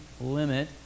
limit